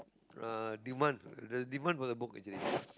uh demand the demand for the book